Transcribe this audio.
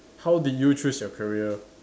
how did you choose your career